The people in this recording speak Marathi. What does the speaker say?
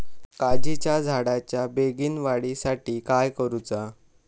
काजीच्या झाडाच्या बेगीन वाढी साठी काय करूचा?